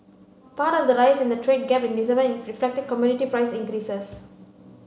part of the rise in the trade gap in December reflected commodity price increases